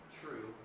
true